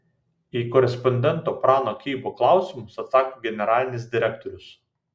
į korespondento prano keibo klausimus atsako generalinis direktorius